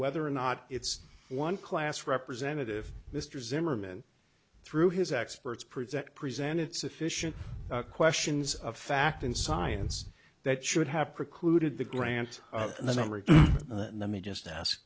whether or not it's one class representative mr zimmerman through his experts present presented sufficient questions of fact in science that should have precluded the grant the number of let me just